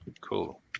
Cool